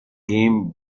game